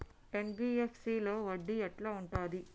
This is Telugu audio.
ఎన్.బి.ఎఫ్.సి లో వడ్డీ ఎట్లా ఉంటది?